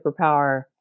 superpower